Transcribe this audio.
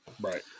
Right